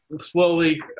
slowly